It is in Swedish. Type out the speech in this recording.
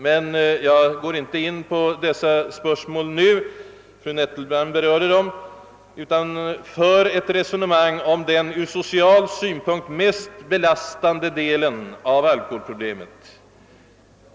Men jag går inte in på dessa spörsmål nu — fru Nettelbrandt berörde dem — utan för ett resonemang om den ur social synpunkt mest belastande delen av alkoholkonsumtionen.